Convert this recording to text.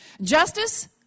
Justice